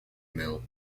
mill